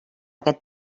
aquest